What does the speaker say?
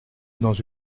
dans